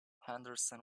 henderson